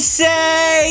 say